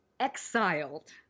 Exiled